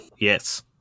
Yes